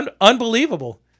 Unbelievable